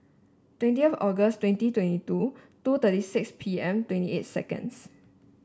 twenty August twenty twenty two two thirty six P M twenty eight seconds